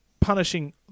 punishing